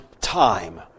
time